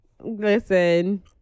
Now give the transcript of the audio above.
listen